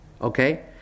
Okay